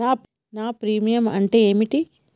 నా ప్రీమియం అంటే ఏమిటి?